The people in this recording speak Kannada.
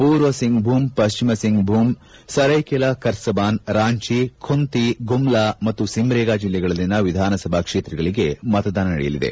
ಪೂರ್ವ ಸಿಂಗ್ಭೂಮ್ ಪಠ್ಲಿಮ ಸಿಂಗ್ಭೂಮ್ ಸರ್ಕೆಲಾ ಕರ್ವಾನ್ ರಾಂಚಿ ಖುಂತಿ ಗುಮ್ಲಾ ಮತ್ತು ಸಿಮ್ರೇಗಾ ಜಿಲ್ಲೆಗಳಲ್ಲಿನ ವಿಧಾನಸಭಾ ಕ್ಷೇತ್ರಗಳಿಗೆ ಮತದಾನ ನಡೆಯಲಿದೆ